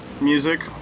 music